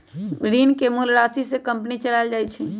ऋण के मूल राशि से कंपनी चलाएल जाई छई